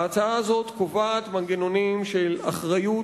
ההצעה הזו קובעת מנגנונים של אחריות